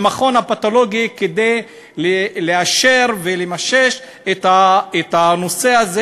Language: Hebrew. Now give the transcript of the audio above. ונעזרים במכון הפתולוגי כדי לאשר ולאשש את הנושא הזה